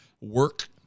work